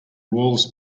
walls